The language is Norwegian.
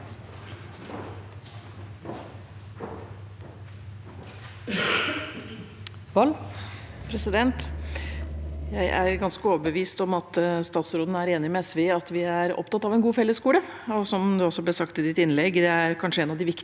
(SV) Jeg er ganske overbe- vist om at statsråden er enig med SV i at vi er opptatt av en god fellesskole. Som det også ble sagt i hennes innlegg, er det kanskje en av de viktigste